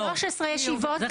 13 ישיבות תיאום מפורטות.